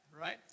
right